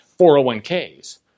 401ks